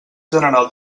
general